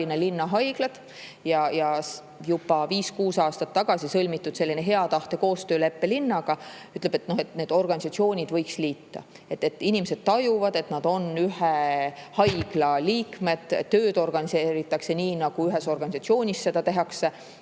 juba viis-kuus aastat tagasi sõlmitud hea tahte koostöölepe linnaga ütleb, et need organisatsioonid võiks liita. Inimesed tajuvad, et nad on ühe haigla liikmed, tööd organiseeritakse nii, nagu ühes organisatsioonis seda tehakse.